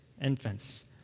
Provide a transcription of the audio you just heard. infants